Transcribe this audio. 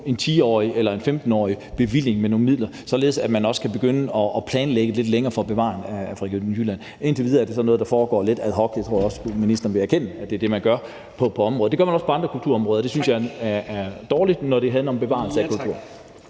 en 10- eller 15-årig bevilling med nogle midler, således at man også kan begynde at planlægge lidt længere frem for at bevare Fregatten Jylland. Indtil videre er det sådan noget, der foregår lidt ad hoc. Jeg tror også, ministeren vil erkende, at det er sådan, man gør på området. Det gør man også på andre kulturområder, og det synes jeg er dårligt, når det handler om bevarelse af kultur.